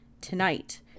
Tonight